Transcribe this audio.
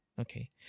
Okay